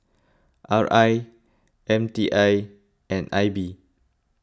R I M T I and I B